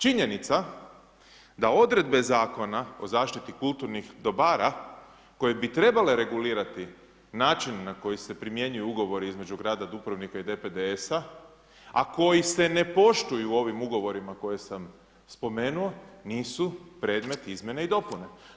Činjenica da odredbe Zakona o zaštiti kulturnih dobara koje bi trebali regulirati način na koji se primjenjuju ugovori između grada Dubrovnika i DPDS-a a koji se ne poštuju ovim ugovorima koje sam spomenuo, nisu predmet izmjene i dopune.